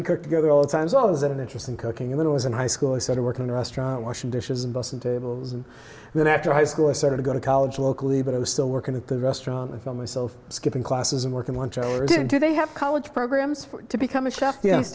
we cook together all the times always had an interest in cooking and it was in high school i started working in a restaurant washing dishes and busing tables and then after high school i started to go to college locally but i was still working at the restaurant i found myself skipping classes and working lunch or didn't do they have college programs for it to become a chef